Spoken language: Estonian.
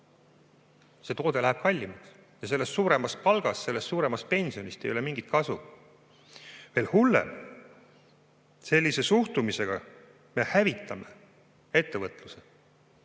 See toode läheb kallimaks ja sellest suuremast palgast ega sellest suuremast pensionist ei ole mingit kasu. Veel hullem, sellise suhtumisega me hävitame ettevõtluse,